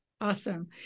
Awesome